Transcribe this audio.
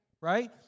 Right